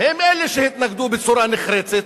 הם אלה שהתנגדו בצורה נחרצת,